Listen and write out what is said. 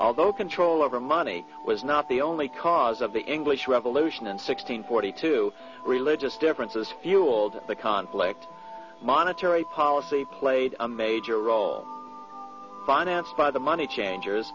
although control over money was not the only cause of the english revolution and sixteen forty two religious differences fueled the conflict monetary policy played a major role financed by the money